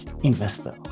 investors